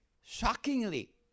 shockingly